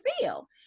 feel